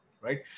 right